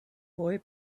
boy